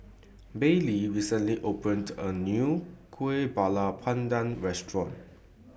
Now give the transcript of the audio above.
Baylee recently opened A New Kuih Bakar Pandan Restaurant